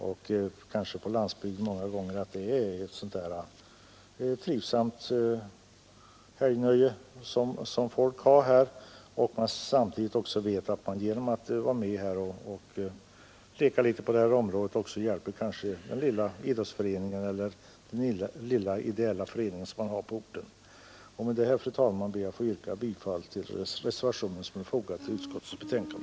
På landsbygden är det kanske många gånger ett trivsamt bynöje, och samtidigt vet folk att man genom att leka litet hjälper den lilla idrottsföreningen eller ideella föreningen på orten. Med detta, fru talman, ber jag att få yrka bifall till den reservation som är fogad vid utskottets betänkande.